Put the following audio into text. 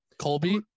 Colby